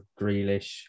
Grealish